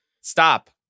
stop